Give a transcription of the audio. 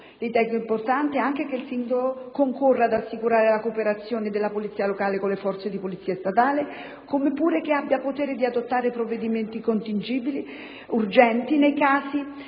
altresì importante che il sindaco concorra ad assicurare la cooperazione della polizia locale con le forze di polizia statale, come pure che abbia il potere di adottare provvedimenti contingibili ed urgenti nei casi